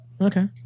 Okay